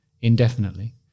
indefinitely